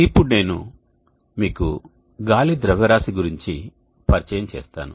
ఇప్పుడు నేను మీకు గాలి ద్రవ్యరాశి గురించి పరిచయం చేస్తాను